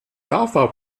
java